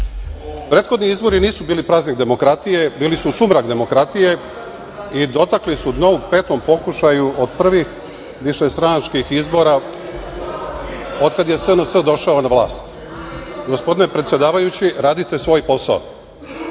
izbori nisu bili praznik demokratije, bili su sumrak demokratije i dotakli su dno u petom pokušaju od prvih višestranačkih izbora od kada je SNS došao na vlast. Gospodine predsedavajući, radite svoj posao.